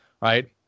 right